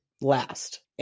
last